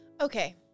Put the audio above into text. Okay